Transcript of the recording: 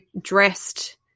dressed